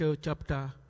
chapter